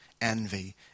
envy